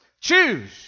Choose